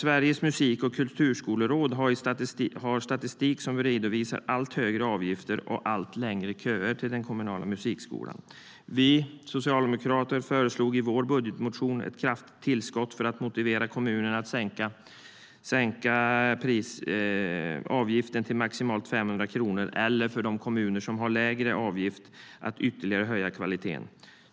Sveriges Musik och Kulturskoleråd har statistik som redovisar allt högre avgifter och allt längre köer till den kommunala musikskolan.